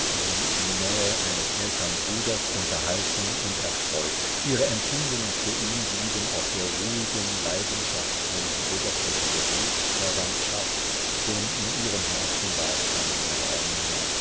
wie die nähe eines ältern bruders unterhalten und erfreut ihre empfindungen für ihn blieben auf der ruhigen leidenschaftslosen oberfläche der blutsverwandtschaft denn in ihrem herzen war kein raum mehr